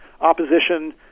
opposition